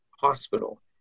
hospital